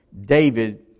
David